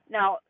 Now